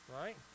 right